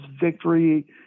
victory